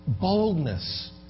boldness